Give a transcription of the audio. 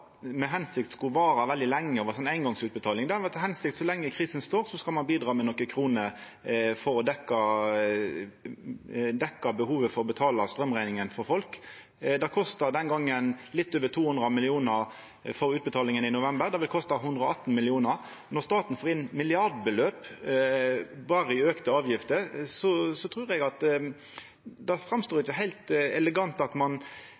var at så lenge krisa består, skal me bidra med nokre kroner for å dekkja behovet folk har for hjelp til å betala straumrekninga. Det kosta litt over 200 mill. kr for utbetalinga i november, det vil no kosta 118 mill. kr. Når staten får inn milliardbeløp berre i auka avgifter, verkar det ikkje heilt elegant at ein tek inn milliardar og gjev ut millionar. Er statsråden einig i at